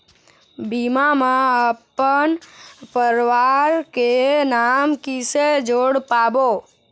बीमा म अपन परवार के नाम किसे जोड़ पाबो?